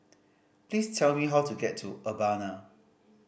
please tell me how to get to Urbana